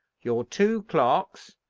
your two clerks,